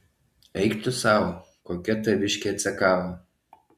eik tu sau kokia taviškė cekava